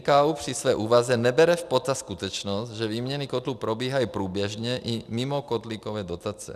NKÚ při své úvaze nebere v potaz skutečnost, že výměny kotlů probíhají průběžně i mimo kotlíkové dotace.